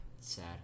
Sad